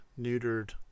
neutered